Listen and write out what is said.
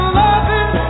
loving